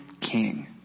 king